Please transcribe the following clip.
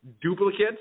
duplicates